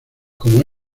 como